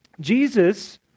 Jesus